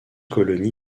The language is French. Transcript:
colonies